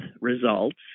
results